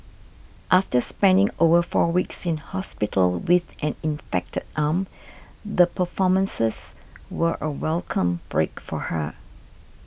after spending over four weeks in hospital with an infected arm the performances were a welcome break for her